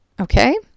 Okay